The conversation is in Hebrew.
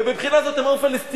ומבחינה זו הם היו פלסטינים.